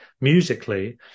musically